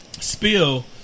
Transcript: spill